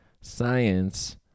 science